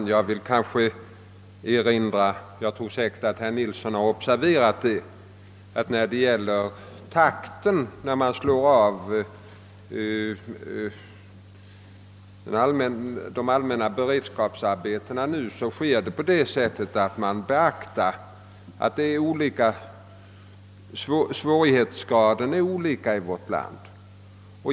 Herr talman! Herr Nilsson i Östersund har säkerligen observerat att när man nu slår av på takten i fråga om de allmänna beredskapsarbetena beaktar man det faktum att svårigheterna är olika stora i olika deiar av vårt land.